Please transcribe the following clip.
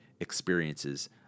experiences